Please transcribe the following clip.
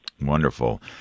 Wonderful